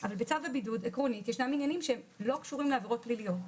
אבל בצו הבידוד עקרונית יש עניינים שלא קשורים לעבירות פליליות.